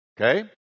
Okay